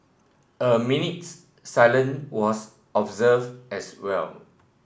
a minute's silence was observed as well